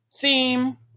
theme